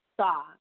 saw